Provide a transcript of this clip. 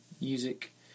music